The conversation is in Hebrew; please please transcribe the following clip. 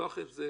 לפתוח את זה